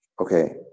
Okay